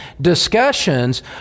discussions